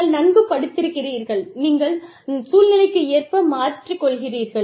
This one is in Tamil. நீங்கள் நன்கு படித்திருக்கிறீர்கள் நீங்கள் சூழ்நிலைக்கு ஏற்ப மாற்றிக் கொள்கிறீர்கள்